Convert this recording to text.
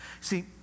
See